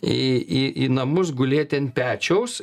į į į namus gulėti ant pečiaus